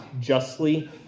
justly